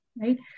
right